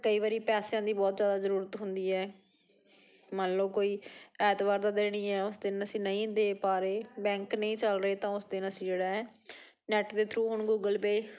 ਕਈ ਵਾਰੀ ਪੈਸਿਆਂ ਦੀ ਬਹੁਤ ਜ਼ਿਆਦਾ ਜ਼ਰੂਰਤ ਹੁੰਦੀ ਹੈ ਮੰਨ ਲਓ ਕੋਈ ਐਤਵਾਰ ਦਾ ਦਿਨ ਹੀ ਹੈ ਉਹ ਦਿਨ ਅਸੀਂ ਨਹੀਂ ਦੇ ਪਾ ਰਹੇ ਬੈਂਕ ਨਹੀਂ ਚੱਲ ਰਹੇ ਤਾਂ ਉਸ ਦਿਨ ਅਸੀਂ ਜਿਹੜਾ ਹੈ ਨੈੱਟ ਦੇ ਥਰੂ ਹੁਣ ਗੂਗਲ ਪੇ